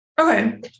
Okay